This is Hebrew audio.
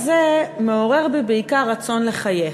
מעורר בי בעיקר רצון לחייך.